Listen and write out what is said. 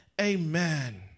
Amen